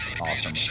awesome